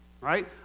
Right